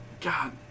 God